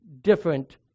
different